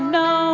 no